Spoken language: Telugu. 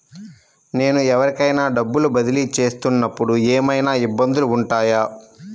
నేను ఎవరికైనా డబ్బులు బదిలీ చేస్తునపుడు ఏమయినా ఇబ్బందులు వుంటాయా?